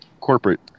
corporate